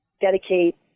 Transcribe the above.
dedicate